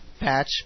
Patch